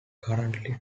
currently